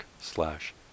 slash